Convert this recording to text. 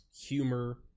humor